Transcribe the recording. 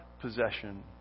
Possession